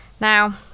Now